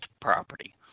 property